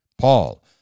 Paul